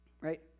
right